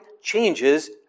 changes